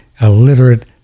illiterate